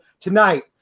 Tonight